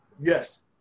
Yes